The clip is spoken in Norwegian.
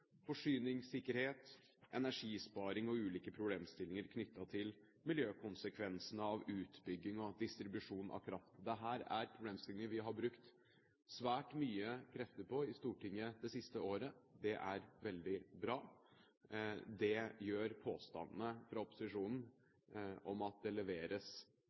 forsyningssikkerhet, energisparing og ulike problemstillinger knyttet til miljøkonsekvensene av utbygging og distribusjon av kraft. Dette er problemstillinger vi har brukt svært mye krefter på i Stortinget det siste året. Det er veldig bra. Det gjør at påstandene fra opposisjonen om at det leveres